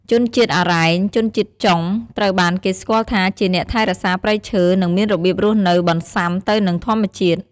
ជនជាតិអារ៉ែង ជនជាតិចុង ត្រូវបានគេស្គាល់ថាជាអ្នកថែរក្សាព្រៃឈើ និងមានរបៀបរស់នៅបន្សាំទៅនឹងធម្មជាតិ។